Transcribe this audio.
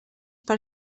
per